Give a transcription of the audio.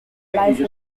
life